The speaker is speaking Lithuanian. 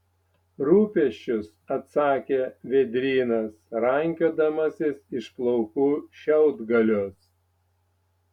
rūpesčius atsakė vėdrynas rankiodamasis iš plaukų šiaudgalius